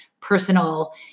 personal